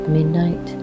midnight